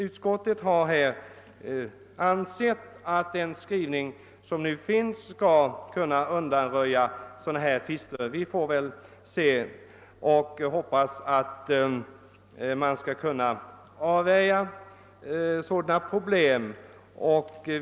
Utskottet har emellertid ansett att den skrivning som nu föreligger skall undanröja sådana tvister. Vi får väl se och hoppas att man 'skall kunna avvärja sådana problem.